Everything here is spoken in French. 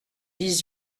dix